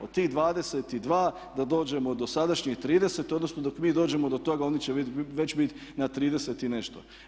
Od tih 22 da dođemo do sadašnjih 30 odnosno dok mi dođemo do toga oni će već bit na 30 i nešto.